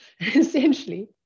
essentially